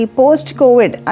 post-covid